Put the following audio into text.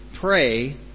pray